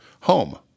Home